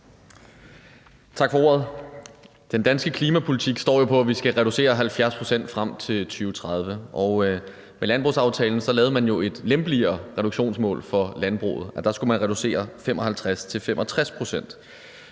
Tak for ordet. Den danske klimapolitik hviler på, at vi skal reducere med 70 pct. frem til 2030, og med landbrugsaftalen lavede man jo et lempeligere reduktionsmål for landbruget. Der skulle man reducere med 55-65 pct.,